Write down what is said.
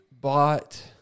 bought